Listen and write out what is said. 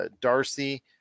Darcy